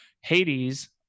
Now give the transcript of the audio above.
Hades